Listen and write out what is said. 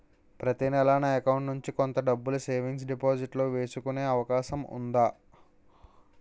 ప్రతి నెల నా అకౌంట్ నుండి కొంత డబ్బులు సేవింగ్స్ డెపోసిట్ లో వేసుకునే అవకాశం ఉందా?